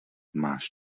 máš